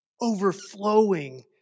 overflowing